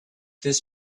this